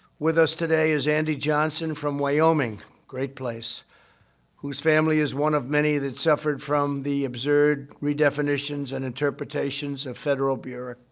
with us today is andy johnson from wyoming great place whose family is one of many that suffered from the absurd redefinitions and interpretations of federal bureaucrats.